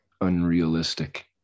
unrealistic